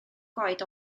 goed